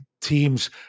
teams